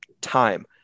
time